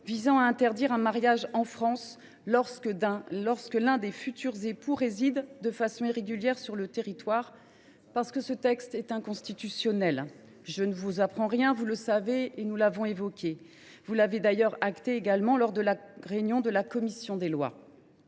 visant à interdire un mariage en France lorsque l’un des futurs époux réside de façon irrégulière sur le territoire. En effet, ce texte est inconstitutionnel. Je ne vous apprends rien, vous le savez et vous l’avez reconnu. Vous l’avez d’ailleurs acté lors de la réunion de la commission des lois.